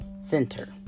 center